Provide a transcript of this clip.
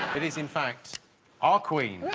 it is in fact our queen